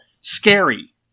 scary